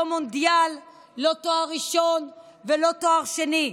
לא מונדיאל, לא תואר ראשון ולא תואר שני.